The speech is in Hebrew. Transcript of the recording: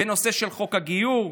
בנושא של חוק הגיור,